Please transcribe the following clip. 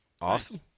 Awesome